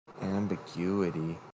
Ambiguity